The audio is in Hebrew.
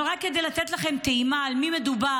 אבל רק כדי לתת לכם טעימה על מי מדובר,